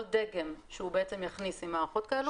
כל דגם שהוא יכניס עם מערכות כאלה,